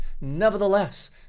Nevertheless